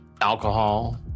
alcohol